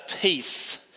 peace